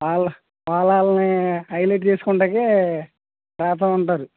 వాళ్ళ వాళ్ళ వాళ్ళలని హైలెట్ చేసుకుంటాకి రాస్తూ ఉంటారు